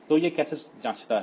तो यह कैसे जांचता है